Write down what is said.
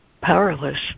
powerless